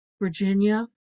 Virginia